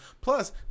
Plus